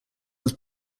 was